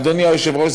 אדוני היושב-ראש,